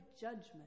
judgment